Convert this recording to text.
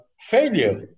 failure